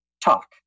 talk